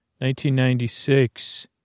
1996